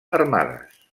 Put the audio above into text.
armades